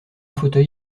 fauteuil